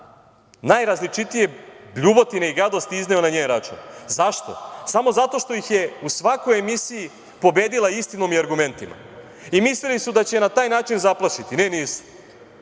najrazličitije bljuvotine i gadosti izneo na njen račun. Zašto? Samo zato što ih je u svakoj emisiji pobedila istinom i argumentima. Mislili su da će je na taj način zaplašiti. Ne, nisu.